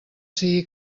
sigui